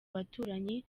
baturanyi